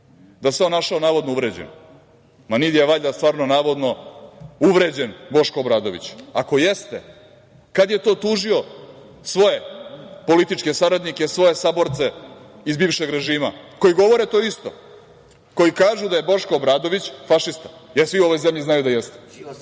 Da se on našao navodno uvređenim. Nije valjda stvarno navodno uvređen Boško Obradović. Ako jeste, kada je to tužio svoje političke saradnike, svoje saborce iz bivšeg režima koji govore to isto, koji kažu da je Boško Obradović fašista, jer svi u ovoj zemlji znaju da jeste?